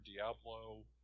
Diablo